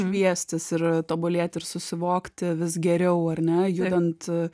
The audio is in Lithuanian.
šviestis ir tobulėti ir susivokti vis geriau ar ne judant